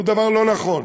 זה דבר לא נכון.